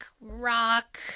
rock